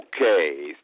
Okay